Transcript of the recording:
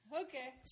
Okay